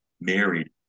married